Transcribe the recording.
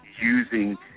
using